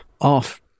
off